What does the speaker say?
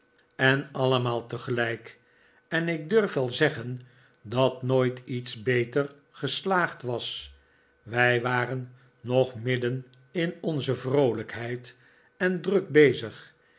en allemaal tegelijk en ik durf wel zeggen dat nooit iets beter geslaagd was wij waren nog midden in onze vroolijkheid en druk bezig